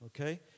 Okay